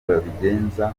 babigenza